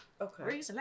Okay